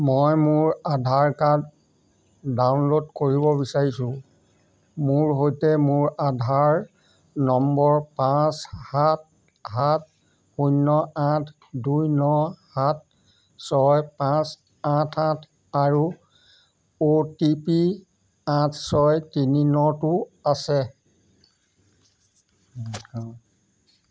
মই মোৰ Aadhaar card download কৰিব বিচাৰিছোঁ মোৰ সৈতে মোৰ আধাৰ নম্বৰ পাঁচ সাত সাত শূন্য আঠ দুই ন সাত ছয় পাঁচ আঠ আঠ আৰু অ' টি পি আঠ ছয় তিনি নটো আছে